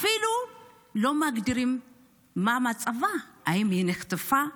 אפילו לא מגדירים מה מצבה, האם נחטפה?